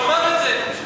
הוא אמר את זה.